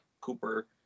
Cooper